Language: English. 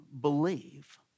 believe